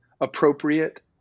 appropriate